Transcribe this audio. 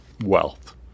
wealth